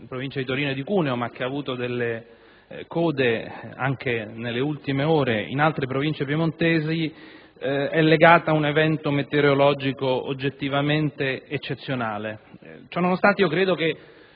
le Province di Torino e di Cuneo ma che avuto delle code anche nelle ultime ore in altre province piemontesi, è legata ad un evento meteorologico oggettivamente eccezionale. Ciò nonostante, credo che